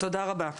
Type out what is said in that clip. תודה רבה.